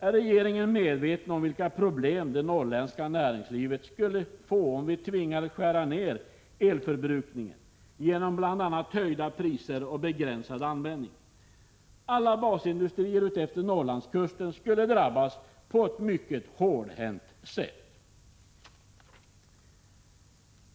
Är regeringen medveten om vilka problem det norrländska näringslivet skulle få om vi tvingades skära ned elförbrukningen, genom bl.a. höjda priser och begränsad användning? Alla basindustrier utefter Norrlandskusten skulle drabbas på ett mycket hårdhänt sätt.